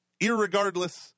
irregardless